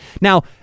Now